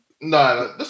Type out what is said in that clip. No